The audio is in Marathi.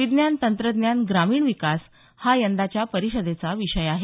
विज्ञान तंत्रज्ञानः ग्रामीण विकास हा यंदाच्या परिषदेचा विषय आहे